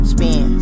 Spin